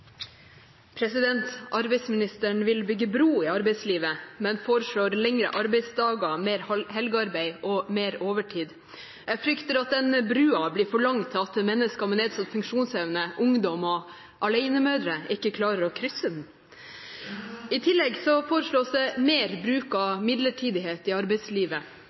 Arbeidsministeren vil bygge bro i arbeidslivet, men foreslår lengre arbeidsdager, mer helgearbeid og mer overtid. Jeg frykter at den broen blir for lang til at mennesker med nedsatt funksjonsevne, ungdom og alenemødre klarer å krysse den. I tillegg foreslås det mer bruk av midlertidighet i arbeidslivet